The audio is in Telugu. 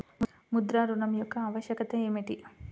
ముద్ర ఋణం యొక్క ఆవశ్యకత ఏమిటీ?